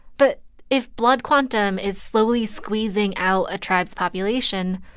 but if blood quantum is slowly squeezing out a tribe's population,